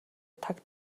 таг